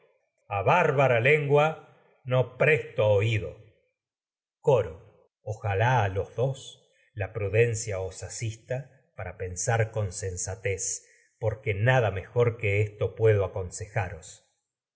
bárbara lengua presto oído la cono ojalá a los dos prudencia os asista para pensar con sensatez porque nada mejor que esto puedo aconsejaros